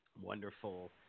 wonderful